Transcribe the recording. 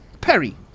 Perry